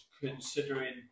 Considering